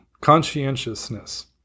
conscientiousness